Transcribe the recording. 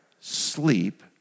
sleep